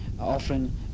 offering